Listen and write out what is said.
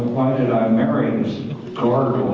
did i marry this gargoyle